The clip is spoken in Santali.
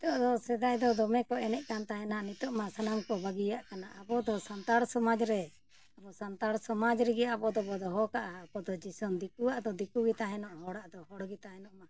ᱱᱤᱛᱳᱜ ᱫᱚ ᱥᱮᱫᱟᱭ ᱫᱚ ᱫᱚᱢᱮ ᱠᱚ ᱮᱱᱮᱡ ᱠᱟᱱ ᱛᱟᱦᱮᱱᱟ ᱱᱤᱛᱳᱜ ᱢᱟ ᱥᱟᱱᱟᱢ ᱠᱚ ᱵᱟᱹᱜᱤᱭᱟᱜ ᱠᱟᱱᱟ ᱟᱵᱚ ᱫᱚ ᱥᱟᱱᱛᱟᱲ ᱥᱚᱢᱟᱡᱽ ᱨᱮ ᱟᱵᱚ ᱥᱟᱱᱛᱟᱲ ᱥᱚᱢᱟᱡᱽ ᱨᱮᱜᱮ ᱟᱵᱚ ᱫᱚᱵᱚᱱ ᱫᱚᱦᱚ ᱠᱟᱜᱼᱟ ᱟᱵᱚ ᱫᱚ ᱡᱤᱥᱚᱢ ᱫᱤᱠᱩᱣᱟᱜ ᱫᱚ ᱫᱤᱠᱩᱜᱮ ᱛᱟᱦᱮᱱᱚᱜ ᱦᱚᱲᱟᱜ ᱫᱚ ᱦᱚᱲᱜᱮ ᱛᱟᱦᱮᱱᱚᱜ ᱢᱟ